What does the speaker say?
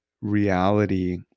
reality